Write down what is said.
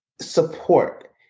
support